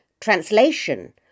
translation